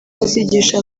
bazigisha